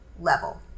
level